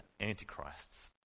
antichrists